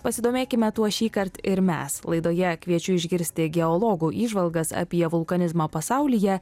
pasidomėkime tuo šįkart ir mes laidoje kviečiu išgirsti geologų įžvalgas apie vulkanizmą pasaulyje